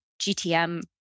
GTM